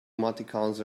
emoticons